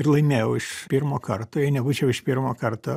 ir laimėjau iš pirmo karto jei nebūčiau iš pirmo karto